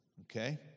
okay